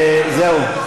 זהו.